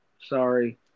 Sorry